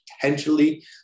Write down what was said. potentially